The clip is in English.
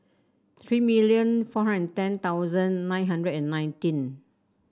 three million four hundred ten thousand nine hundred and nineteen